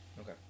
Okay